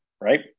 right